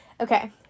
okay